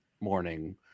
morning